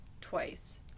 twice